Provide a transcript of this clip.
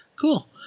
Cool